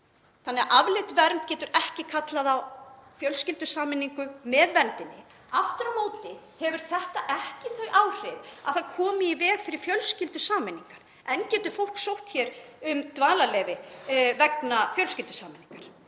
þannig að afleidd vernd getur ekki kallað á fjölskyldusameiningu með verndinni. Aftur á móti hefur þetta ekki þau áhrif að það komi í veg fyrir fjölskyldusameiningar. Enn getur fólk sótt hér um dvalarleyfi vegna fjölskyldusameiningar.